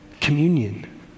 communion